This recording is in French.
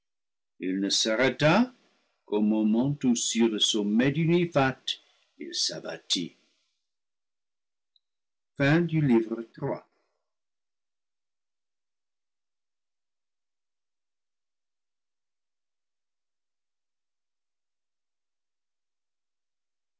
il ne s'arrêta qu'au moment où sur le sommet du niphates il s'abattit